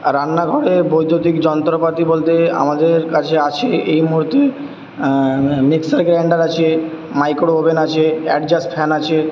রান্নাঘরে বৈদ্যুতিক যন্ত্রপাতি বলতে আমাদের কাছে আছে এই মুহুর্তে মিক্সার গ্রাইন্ডার আছে মাইক্রোওয়েভওভেন এগজস্ট ফ্যান আছে